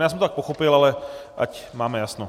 Já jsem to tak pochopil, ale ať máme jasno.